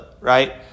right